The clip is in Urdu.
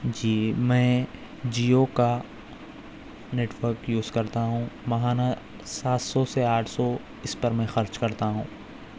جی میں جیو کا نیٹورک یوز کرتا ہوں ماہانہ سات سو سے آٹھ سو اس پر میں خرچ کرتا ہوں